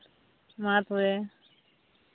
ᱢᱟ ᱛᱚᱵᱮ